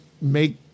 make